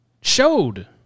showed